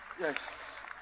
Yes